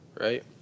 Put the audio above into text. right